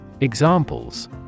Examples